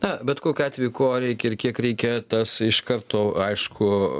na bet kokiu atveju ko reikia ir kiek reikia tas iš karto aišku